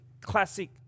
classic